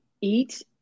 eat